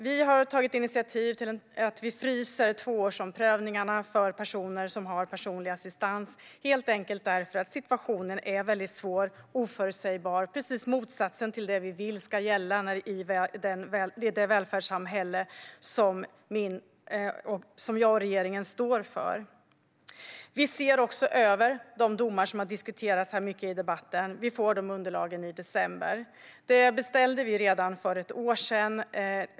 Vi har tagit initiativ till att frysa tvåårsomprövningarna för personer som har personlig assistans helt enkelt därför att situationen är svår och oförutsägbar - precis motsatsen till det vi vill ska gälla i det välfärdssamhälle som jag och regeringen står för. Vi ser också över de domar som har diskuterats mycket här i debatten. Vi får de underlagen i december. Vi beställde dem redan för ett år sedan.